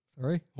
Sorry